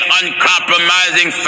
uncompromising